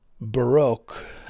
Baroque